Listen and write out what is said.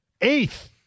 Eighth